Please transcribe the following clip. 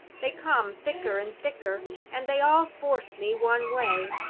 they come thicker and thicker, and they all force me one way.